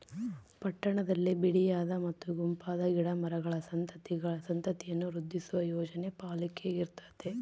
ಪಟ್ಟಣದಲ್ಲಿ ಬಿಡಿಯಾದ ಮತ್ತು ಗುಂಪಾದ ಗಿಡ ಮರಗಳ ಸಂತತಿಯನ್ನು ವೃದ್ಧಿಸುವ ಯೋಜನೆ ಪಾಲಿಕೆಗಿರ್ತತೆ